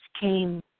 came